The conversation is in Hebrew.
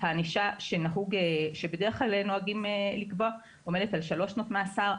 הענישה שבדרך כלל נוהגים לקבוע עומדת על שלוש שנות מאסר.